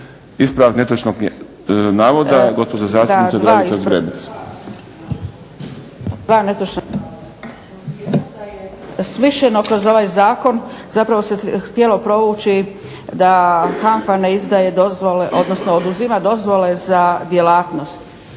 Dva netočna navoda. …/Govornica se ne razumije./… kroz ovaj Zakon zapravo se htjelo provući da HANF-a ne izdaje dozvole, odnosno oduzima dozvole za djelatnost.